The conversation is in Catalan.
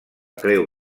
creu